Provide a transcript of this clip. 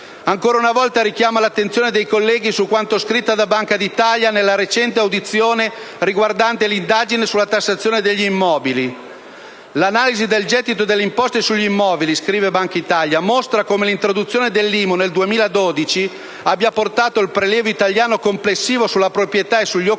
Ancora una volta richiamo l'attenzione dei colleghi su quanto affermato dalla Banca d'Italia nella recente audizione riguardante l'indagine sulla tassazione degli immobili: «L'analisi del gettito delle imposte sugli immobili mostra come l'introduzione dell'IMU nel 2012 abbia portato il prelievo italiano complessivo sulla proprietà e sugli occupanti